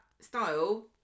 style